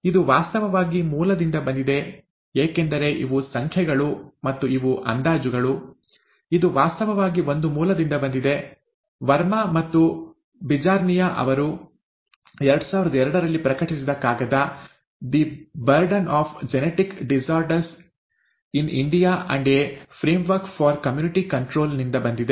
ಇದು ವಾಸ್ತವವಾಗಿ ಮೂಲದಿಂದ ಬಂದಿದೆ ಏಕೆಂದರೆ ಇವು ಸಂಖ್ಯೆಗಳು ಮತ್ತು ಇವು ಅಂದಾಜುಗಳು ಇದು ವಾಸ್ತವವಾಗಿ ಒಂದು ಮೂಲದಿಂದ ಬಂದಿದೆ ವರ್ಮಾ ಮತ್ತು ಬಿಜಾರ್ನಿಯಾ ಅವರು 2002ರಲ್ಲಿ ಪ್ರಕಟಿಸಿದ ಕಾಗದ 'the burden of genetic disorders in India and a framework for community control' ನಿಂದ ಬಂದಿದೆ